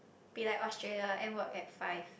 be like Australia end work at five